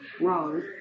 wrong